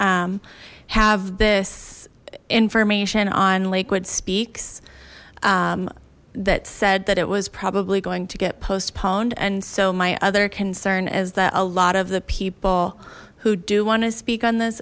have this information on lakewood speaks that said that it was probably going to get postponed and so my other concern is that a lot of the people who do want to speak on this